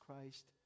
Christ